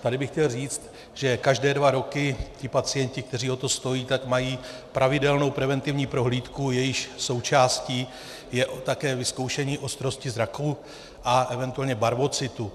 Tady bych chtěl říct, že každé dva roky ti pacienti, kteří o to stojí, mají pravidelnou preventivní prohlídku, jejíž součástí je také vyzkoušení ostrosti zraku a eventuálně barvocitu.